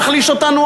להחליש אותנו,